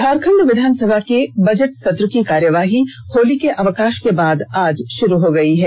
झारखंड विधानसभा की बजट सत्र की कार्यवाही होली के अवकाष के बाद आज षुरू हो गयी है